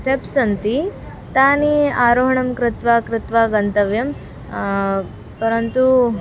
steps सन्ति तानि आरोहणं कृत्वा कृत्वा गन्तव्यं परन्तु